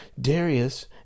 Darius